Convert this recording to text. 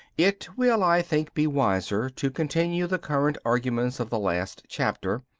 it will, i think, be wiser to continue the current arguments of the last chapter,